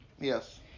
Yes